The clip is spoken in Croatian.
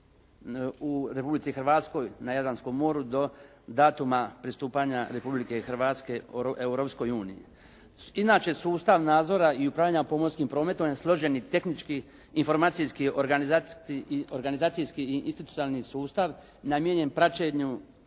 u Republici Hrvatskoj na Jadranskom moru do datuma pristupanja Republike Hrvatske Europskoj uniji. Inače, sustav nadzora i upravljanja pomorskim promet je složen i tehnički, informacijski, organizacijski i institucionalni sustav namijenjen praćenju